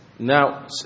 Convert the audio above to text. Now